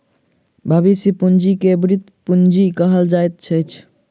भविष्य पूंजी के वृति पूंजी कहल जाइत अछि